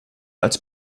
als